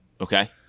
Okay